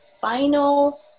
final